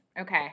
Okay